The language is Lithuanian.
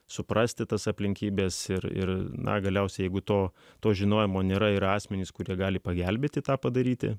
suprasti tas aplinkybes ir ir na galiausiai jeigu to to žinojimo nėra ir asmenys kurie gali pagelbėti tą padaryti